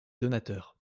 donateurs